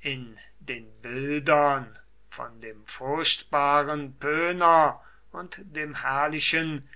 in den bildern von dem furchtbaren pöner und dem herrlichen